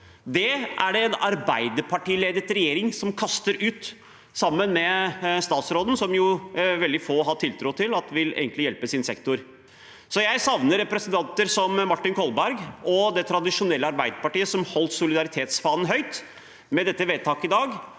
Det er det en Arbeiderparti-ledet regjering som kaster ut, sammen med statsråden, som jo veldig få har tiltro til at egentlig vil hjelpe sin sektor. Jeg savner representanter som Martin Kolberg og det tradisjonelle Arbeiderpartiet, som holdt solidaritetsfanen høyt. Med det vedtaket som